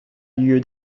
lieu